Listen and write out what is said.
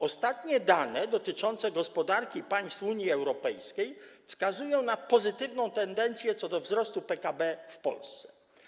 Ostatnie dane dotyczące gospodarki państw Unii Europejskiej wskazują na pozytywną tendencję do wzrostu PKB w Polsce.